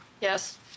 Yes